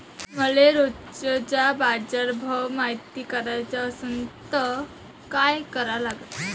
मले रोजचा बाजारभव मायती कराचा असन त काय करा लागन?